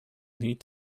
need